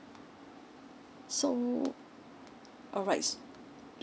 so alright